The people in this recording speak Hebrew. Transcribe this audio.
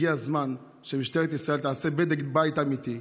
הגיע הזמן שמשטרת ישראל תעשה בדק בית אמיתי.